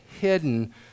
hidden